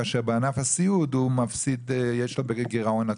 כאשר בענף הסיעוד יש לו גירעון עצום?